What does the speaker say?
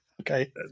Okay